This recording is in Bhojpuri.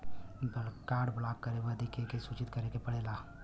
कार्ड ब्लॉक करे बदी के के सूचित करें के पड़ेला?